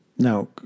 Now